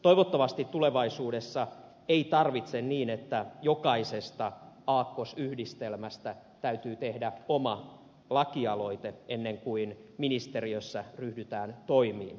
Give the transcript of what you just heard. toivottavasti tulevaisuudessa ei tarvitse jokaisesta aakkosyhdistelmästä tehdä omaa lakialoitetta ennen kuin ministeriössä ryhdytään toimiin